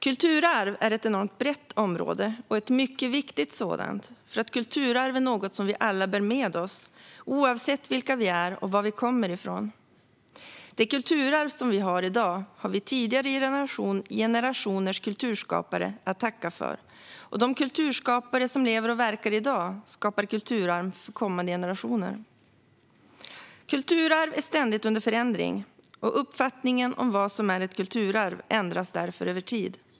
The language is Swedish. Kulturarv är ett enormt brett område och ett mycket viktigt sådant, för kulturarv är något som vi alla bär med oss, oavsett vilka vi är och varifrån vi kommer. Det kulturarv vi har i dag har vi tidigare generationers kulturskapare att tacka för, och de kulturskapare som lever och verkar i dag skapar kulturarv för kommande generationer. Kulturarv är ständigt under förändring, och uppfattningen om vad som är ett kulturarv ändras därför över tid.